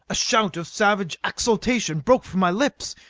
a shout of savage exultation broke from my lips.